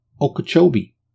Okeechobee